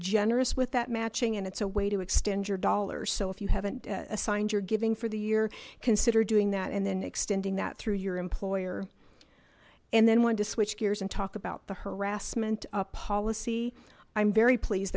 generous with that matching and it's a way to extend your dollars so if you haven't signed your giving for the year consider doing that and then extending that through your employer and then when to switch gears and talk about the harassment policy i'm very pleased